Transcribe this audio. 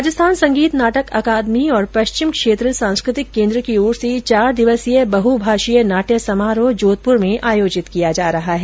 राजस्थान संगीत नाटक अकादमी और पश्चिम क्षेत्र सांस्कृतिक केन्द्र की ओर से चार दिवसीय बहुभाषीय नाट्य समारोह जोधपुर में आयोजित किया जा रहा है